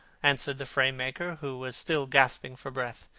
answered the frame-maker, who was still gasping for breath.